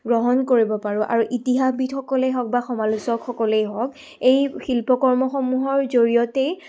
গ্ৰহণ কৰিব পাৰোঁ আৰু ইতিহাসবিধসকলেই হওক বা সমালোচকসকলেই হওক এই শিল্পকৰ্মসমূহৰ জৰিয়তেই